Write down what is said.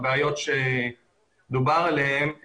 הבעיות שדובר עליהן,